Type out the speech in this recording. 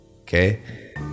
okay